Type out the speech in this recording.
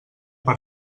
per